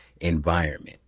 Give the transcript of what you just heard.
environment